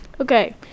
okay